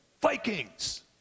Vikings